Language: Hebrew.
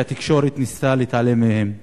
שהתקשורת ניסתה להתעלם מהם.